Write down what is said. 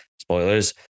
Spoilers